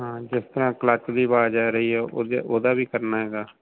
ਹਾਂ ਜਿਸ ਤਰਾਂ ਕਲੱਚ ਦੀ ਆਵਾਜ਼ ਆ ਰਹੀ ਹੈ ਉ ਉਹਦਾ ਵੀ ਕਰਨਾ ਹੈਗਾ